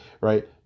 right